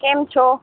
કેમ છો